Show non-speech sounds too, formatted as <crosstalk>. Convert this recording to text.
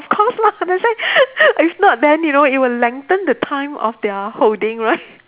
of course lah that's why <laughs> if not then you know it will lengthen the time of their holding right